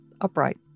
upright